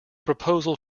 proposal